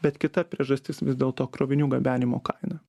bet kita priežastis vis dėlto krovinių gabenimo kaina